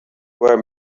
were